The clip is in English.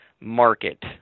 market